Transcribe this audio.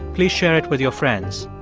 please share it with your friends.